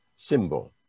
symbol